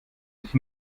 sich